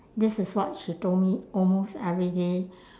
this is what she told me almost every day